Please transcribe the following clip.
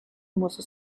muso